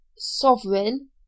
Sovereign